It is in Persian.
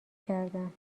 کردم